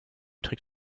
trick